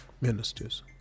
ministers